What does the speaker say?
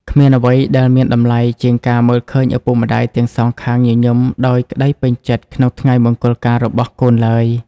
គ្មានអ្វីដែលមានតម្លៃជាងការឃើញឪពុកម្ដាយទាំងសងខាង ញញឹមដោយក្ដីពេញចិត្តក្នុងថ្ងៃមង្គលការរបស់កូនឡើយ។